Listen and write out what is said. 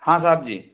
हाँ साहब जी